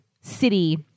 city